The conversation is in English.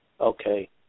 Okay